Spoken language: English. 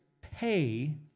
pay